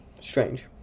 Strange